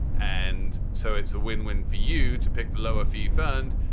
and so it's a win win for you to pick the lower fee fund.